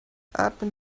atmen